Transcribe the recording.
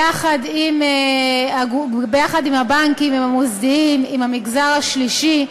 יחד עם הבנקים, עם המוסדיים, עם המגזר השלישי,